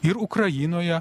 ir ukrainoje